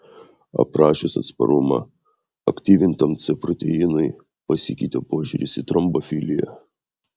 aprašius atsparumą aktyvintam c proteinui pasikeitė požiūris į trombofiliją